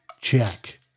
Check